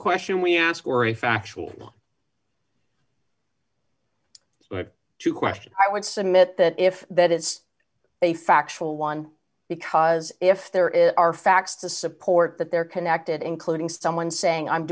question we ask for a factual question i would submit that if that is a factual one because if there is are facts to support that they are connected including someone saying i'm